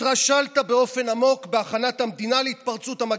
התרשלת באופן עמוק בהכנת המדינה להתפרצות המגפה.